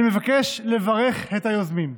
אני מבקש לברך את היוזמים,